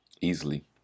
easily